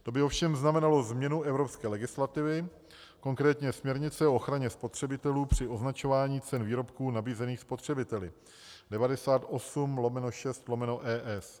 To by ovšem znamenalo změnu evropské legislativy, konkrétně směrnice o ochraně spotřebitelů při označování cen výrobků nabízených spotřebiteli 98/6/ES.